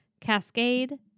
Cascade